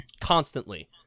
constantly